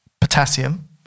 potassium